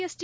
S T